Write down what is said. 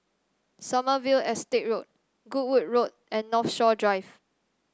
Sommerville Estate Road Goodwood Road and Northshore Drive